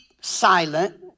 silent